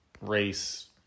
race